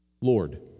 Lord